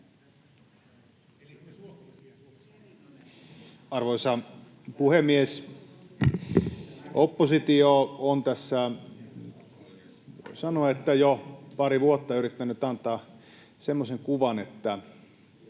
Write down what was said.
Arvoisa puhemies! Oppositio tässä sanoo, että on jo pari vuotta yrittänyt antaa semmoisen kuvan, että